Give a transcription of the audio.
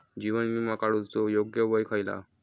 जीवन विमा काडूचा योग्य वय खयला?